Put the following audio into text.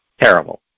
Terrible